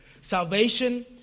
Salvation